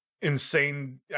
insane